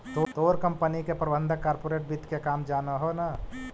तोर कंपनी के प्रबंधक कॉर्पोरेट वित्त के काम जान हो न